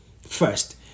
first